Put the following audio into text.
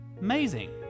Amazing